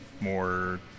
more